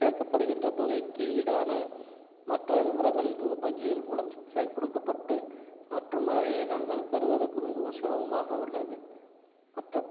கேட்கப்படுகின்ற தொகைக்கு ஈடான மற்ற விவரங்கள் வங்கியின் மூலம் கொடுக்கப்பட்டு மற்றும் அதை நாங்கள் பெறுவதற்கு மிகவும் சிரமமாக உள்ளது மற்றப்